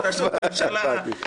הבנתי.